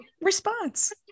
response